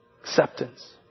Acceptance